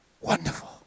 Wonderful